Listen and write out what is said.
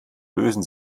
lösen